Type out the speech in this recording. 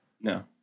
No